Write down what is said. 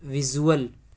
visual